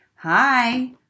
hi